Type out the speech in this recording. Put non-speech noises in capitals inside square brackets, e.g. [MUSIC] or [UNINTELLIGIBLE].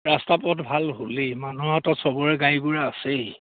ৰাস্তা পথ ভাল হ'লেই মানুহৰ চবৰে [UNINTELLIGIBLE] আছেই